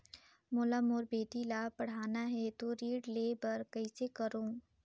मोला मोर बेटी ला पढ़ाना है तो ऋण ले बर कइसे करो